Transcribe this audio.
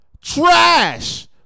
trash